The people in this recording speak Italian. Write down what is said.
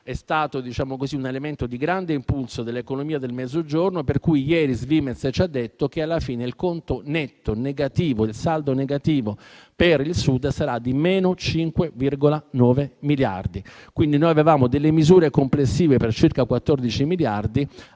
è stato un elemento di grande impulso dell'economia del Mezzogiorno. Ieri Svimez ci ha detto che alla fine il saldo negativo per il Sud sarà pari a meno 5,9 miliardi. Avevamo delle misure complessive per circa 14 miliardi,